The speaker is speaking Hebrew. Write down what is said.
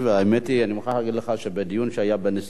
אני מוכרח לומר לך שבדיון שהיה בנשיאות